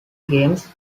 games